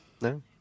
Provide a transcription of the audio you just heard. no